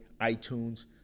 iTunes